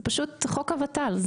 זה פשוט חוק הות"ל,